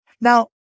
Now